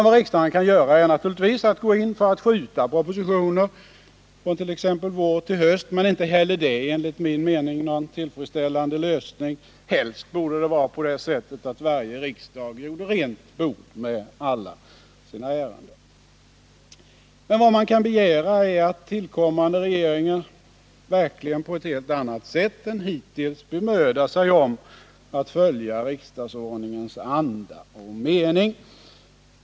Vad riksdagen kan göra är naturligtvis att gå in för att skjuta upp behandlingen av propositioner från t.ex. vår till höst, men inte heller det är enligt min mening någon tillfredsställande lösning. Helst borde varje riksmöte göra rent bord med sina ärenden. Det man kan begära är att tillkommande regeringar verkligen på ett helt annat sätt än hittills bemödar sig om att följa riksdagsordningens anda och mening.